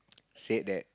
said that